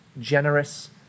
generous